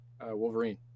Wolverine